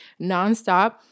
nonstop